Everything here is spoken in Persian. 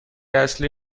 اصلی